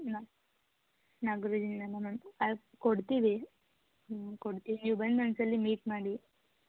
ನಾ ನಾಗುರಿಂದನಾ ಮ್ಯಾಮ್ ಅದು ಕೊಡ್ತೀವಿ ಹ್ಞೂ ಕೊಡ್ತೀವಿ ನೀವು ಬಂದು ಒಂದು ಸಲ ಮೀಟ್ ಮಾಡಿ